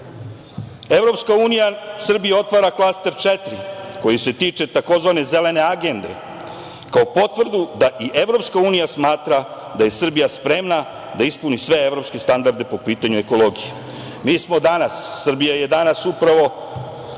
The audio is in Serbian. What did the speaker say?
ekologije EU Srbiji otvara Klaster 4. koji se tiče tzv. Zelene agende, kao potvrdu da i EU smatra da je Srbija spremna da ispuni sve evropske standarde po pitanju ekologije. Mi smo danas, Srbija je danas upravo